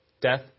death